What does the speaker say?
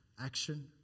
action